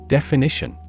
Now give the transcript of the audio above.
Definition